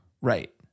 Right